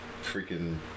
freaking